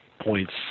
points